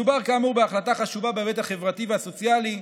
מדובר כאמור בהחלטה חשובה בהיבט החברתי והסוציאלי,